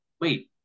wait